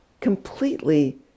completely